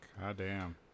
Goddamn